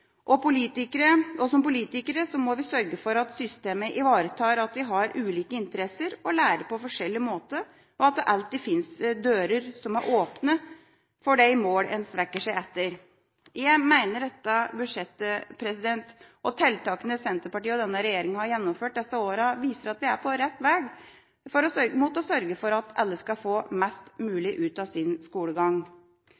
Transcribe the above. som politikere må vi sørge for at systemet ivaretar at vi har ulike interesser og lærer på forskjellig måte, og at det alltid finnes dører som er åpne for de mål en strekker seg etter. Jeg mener dette budsjettet og tiltakene Senterpartiet og denne regjeringa har gjennomført disse åra, viser at vi er på rett vei mot å sørge for at alle skal få mest